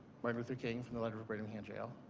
martin luther king from the letter at birmingham jail.